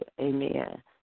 Amen